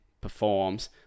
performs